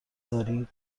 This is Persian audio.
داری